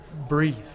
breathe